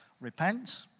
Repent